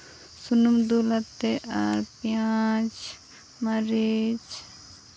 ᱥᱩᱱᱩᱢ ᱫᱩᱞ ᱟᱛᱮ ᱟᱨ ᱯᱮᱸᱭᱟᱡᱽ ᱢᱟᱹᱨᱤᱪ